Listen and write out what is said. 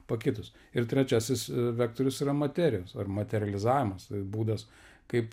pakitus ir trečiasis vektorius yra materijos materializavimosi būdas kaip